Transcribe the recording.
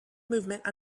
movement